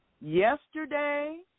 yesterday